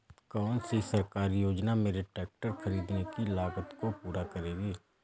कौन सी सरकारी योजना मेरे ट्रैक्टर ख़रीदने की लागत को पूरा करेगी?